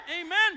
Amen